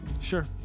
Sure